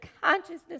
consciousness